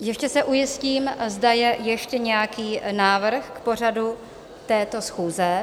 Ještě se ujistím, zda je ještě nějaký návrh k pořadu této schůze?